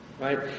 Right